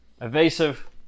Evasive